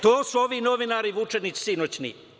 To su ovi novinari, Vučenić, sinoćni.